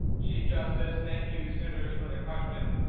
chief justice thank you centers for the question